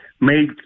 made